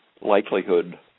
likelihood